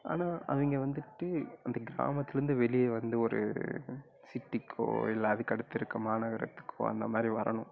ஆனால் அவங்க வந்துவிட்டு இந்த கிராமத்துலருந்து வெளியே வந்து ஒரு சிட்டிக்கோ இல்லை அதற்கடுத்து இருக்க மாநகரத்துக்கோ அந்த மாதிரி வரணும்